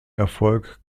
erfolg